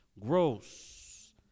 gross